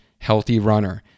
HEALTHYRUNNER